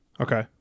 Okay